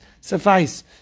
suffice